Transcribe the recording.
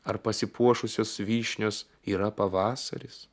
ar pasipuošusios vyšnios yra pavasaris